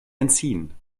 entziehen